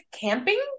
camping